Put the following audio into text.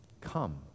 come